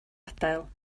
adael